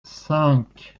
cinq